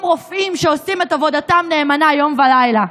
רופאים שעושים את עבודתם נאמנה יום ולילה.